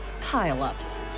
pile-ups